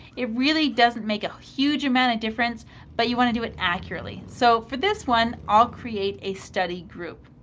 it really doesn't make a huge amount of difference but you want to do it accurately. so, for this one, i'll create a study group.